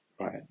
right